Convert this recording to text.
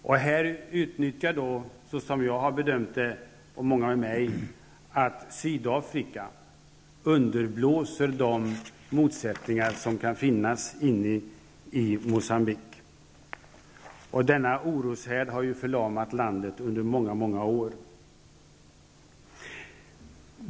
Såsom jag och många med mig har bedömt det, underblåser Sydafrika de motsättningar som kan finnas inne i Moçambique. Denna oroshärd har förlamat landet under många år.